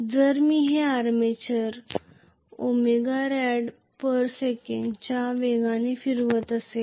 जर मी हे आर्मेचर ω rads च्या वेगाने फिरवत असेल